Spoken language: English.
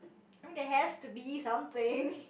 I mean there has to be something